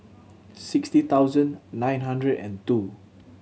sixty thousand nine hundred and two